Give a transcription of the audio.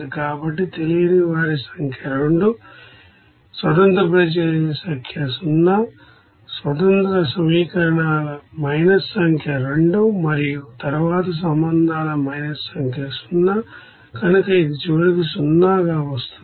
కాబట్టి తెలియని వారి సంఖ్య 2ఇండిపెండెంట్ రియాక్షన్స్ సంఖ్య 0 ఇండిపెండెంట్ ఈక్వేషన్ ల మైనస్ సంఖ్య 2 మరియు తరువాత సంబంధాల మైనస్ సంఖ్య 0 కనుక ఇది చివరకు 0 గా వస్తుంది